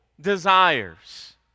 desires